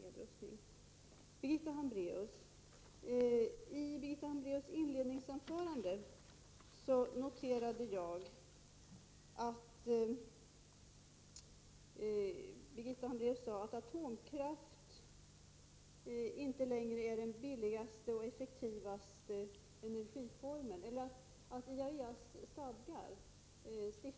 Jag noterade att Birgitta Hambraeus i sitt inledningsanförande sade att IAEA:s stadgar stiftades i en tid när atomkraft ansågs vara den billigaste och effektivaste energiformen.